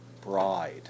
bride